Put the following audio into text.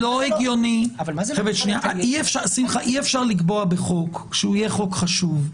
שמחה, אי אפשר לקבוע בחוק, ושיהיה חוק חשוב,